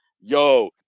yo